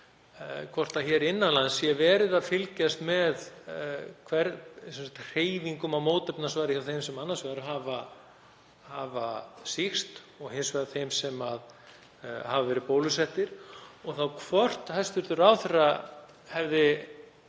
um að hér innan lands sé verið að fylgjast með hver hreyfingin á mótefnasvari er hjá þeim annars vegar sem hafa sýkst og hins vegar þeim sem hafa verið bólusettir og hvort hæstv. ráðherra hefði